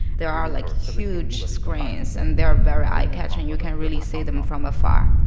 there are, like, huge screens, and they are very eye-catching. you can really see them from afar.